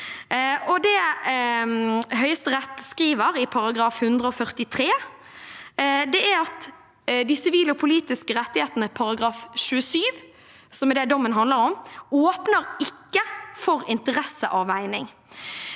Det Høyesterett skriver i avsnitt 143, er at de sivile og politiske rettighetene i artikkel 27, som er det dommen handler om, ikke åpner for interesseavveining.